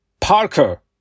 Parker